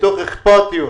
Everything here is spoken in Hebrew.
מתוך האכפתיות,